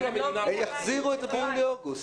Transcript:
המדינה --- הן יחזירו את זה ביולי אוגוסט.